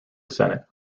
senate